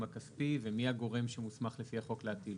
הכספי ומי הגורם שמוסמך על פי החוק להטילו?